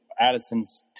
Addison's